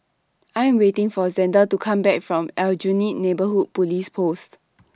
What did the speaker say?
I Am waiting For Zander to Come Back from Aljunied Neighbourhood Police Post